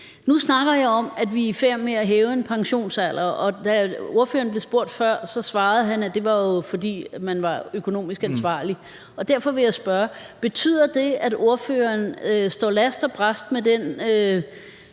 Nu snakker jeg om, at vi er i færd med at hæve en pensionsalder, og da ordføreren blev spurgt før, svarede han, at det jo var, fordi man var økonomisk ansvarlig. Derfor vil jeg spørge: Betyder det, at ordføreren står last og brast med den